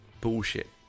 bullshit